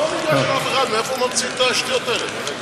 לא ניגש לאף אחד, מאיפה ממציאים את השטויות האלה?